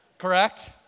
correct